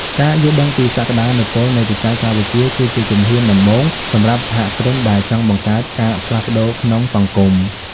ការយល់ដឹងពីសក្ដានុពលនៃបច្ចេកវិទ្យាគឺជាជំហានដំបូងសម្រាប់សហគ្រិនដែលចង់បង្កើតការផ្លាស់ប្តូរក្នុងសង្គម។